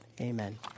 Amen